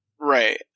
Right